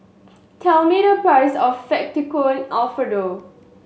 tell me the price of Fettuccine Alfredo